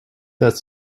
that